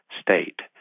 state